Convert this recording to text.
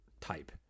type